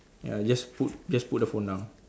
ya just put just put the phone down